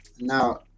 Now